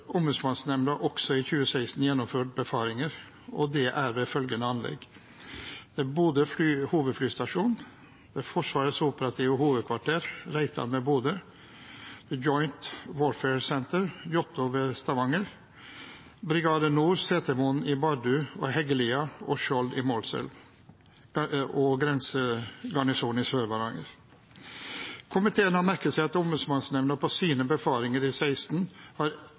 Ombudsmannsnemnda også i 2016 gjennomført befaringer, og det var ved følgende anlegg: Bodø Hovedflystasjon Forsvarets Operative Hovedkvarter, Reitan ved Bodø Joint Warfare Center, Jåttå ved Stavanger Brigade Nord, Setermoen i Bardu og Heggelia og Skjold i Målselv Grensegarnison Sør-Varanger Komiteen har merket seg at Ombudsmannsnemnda på sine befaringer i 2016 har